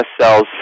cells